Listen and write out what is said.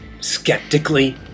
skeptically